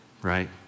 right